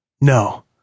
No